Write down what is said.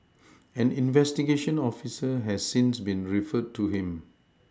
an investigation officer has since been referred to him